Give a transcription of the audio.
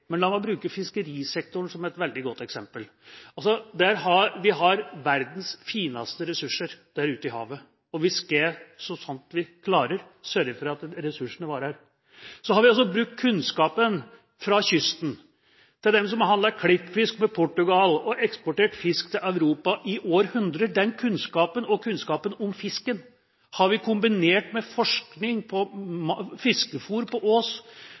men la meg bruke fiskerisektoren som et veldig godt eksempel. Vi har verdens fineste ressurser der ute i havet, og vi skal, så sant vi klarer, sørge for at ressursene varer. Så har vi altså brukt kunnskapen fra kysten. Vi har brukt kunnskapen til dem som har handlet klippfisk med Portugal og eksportert fisk til Europa i århundrer. Den kunnskapen og kunnskapen om fisken har vi kombinert med forskning på fiskefôr på Ås,